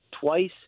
twice